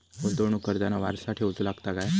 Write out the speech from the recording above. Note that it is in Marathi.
गुंतवणूक करताना वारसा ठेवचो लागता काय?